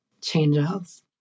changes